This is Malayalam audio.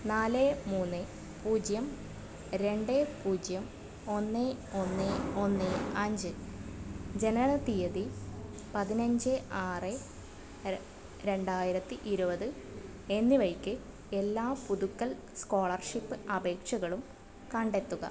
നാല് മൂന്ന് പൂജ്യം രണ്ട് പൂജ്യം ഒന്ന് ഒന്ന് ഒന്ന് അഞ്ച് ജനന തീയതി പതിനഞ്ച് ആറ് രണ്ടായിരത്തി ഇരുപത് എന്നിവയ്ക്ക് എല്ലാ പുതുക്കൽ സ്കോളർഷിപ്പ് അപേക്ഷകളും കണ്ടെത്തുക